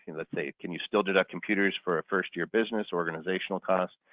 and let's say can you still deduct computers for a first year business organizational cost?